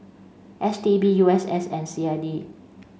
S T B U S S and C I D